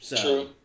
True